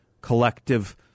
collective